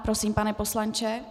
Prosím, pane poslanče.